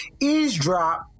eavesdrop